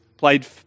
Played